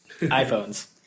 iPhones